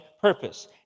purpose